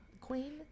queen